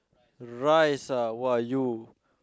rice ah you